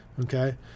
okay